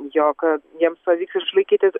jog jiems pavyks išlaikyti